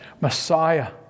Messiah